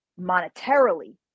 monetarily